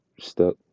stuck